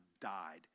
died